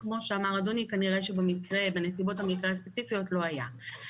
כמו שאמר אדוני כנראה שבנסיבות המקרה הספציפיות לא היה.